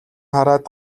хараад